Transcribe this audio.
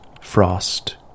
frost